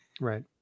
right